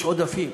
יש עודפים.